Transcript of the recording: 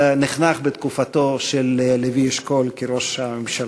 נחנך בתקופתו של לוי אשכול כראש הממשלה.